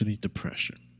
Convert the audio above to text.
depression